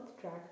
track